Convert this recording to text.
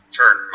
turn